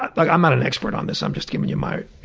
but like i'm not an expert on this, i'm just giving you my